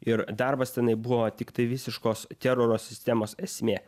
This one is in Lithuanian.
ir darbas tenai buvo tiktai visiškos teroro sistemos esmė